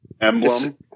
emblem